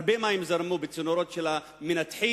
הרבה מים זרמו בצינורות של המנתחים,